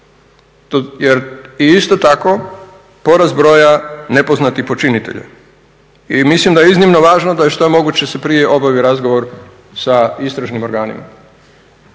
Jer i isto tako porast broja nepoznatih počinitelja i mislim da je iznimno važno da što je moguće se prije obavi razgovor sa istražnim organima.